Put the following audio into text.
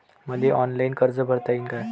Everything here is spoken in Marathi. मले ऑनलाईन कर्ज भरता येईन का?